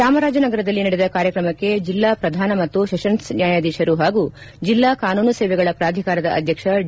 ಚಾಮರಾಜನಗರದಲ್ಲಿ ನಡೆದ ಕಾರ್ಯಕ್ರಮಕ್ಕೆ ಜಿಲ್ಲಾ ಪ್ರಧಾನ ಮತ್ತು ಸೆಷನ್ಸ್ ನ್ಕಾಯಾಧೀಶರು ಹಾಗೂ ಜಿಲ್ಲಾ ಕಾನೂನು ಸೇವೆಗಳ ಪ್ರಾಧಿಕಾರದ ಅಧ್ಯಕ್ಷ ಡಿ